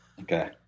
Okay